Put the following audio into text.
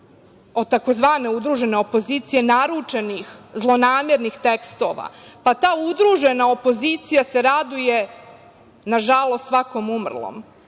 od tzv. udružene opozicije, naručenih, zlonamernih tekstova, pa ta udružena opozicija se raduje, nažalost, svakom umrlom,